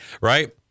right